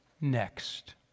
next